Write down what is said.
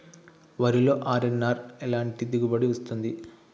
వరిలో అర్.ఎన్.ఆర్ ఎలాంటి దిగుబడి ఇస్తుంది?